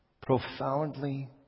Profoundly